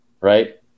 Right